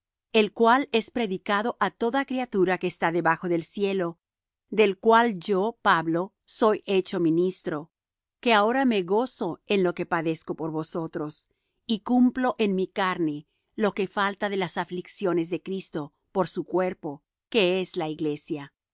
el cual es predicado á toda criatura que está debajo del cielo del cual yo pablo soy hecho ministro que ahora me gozo en lo que padezco por vosotros y cumplo en mi carne lo que falta de las aflicciones de cristo por su cuerpo que es la iglesia